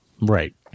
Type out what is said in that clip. Right